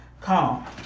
come